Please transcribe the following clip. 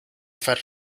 far